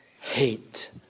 hate